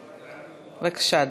בבקשה,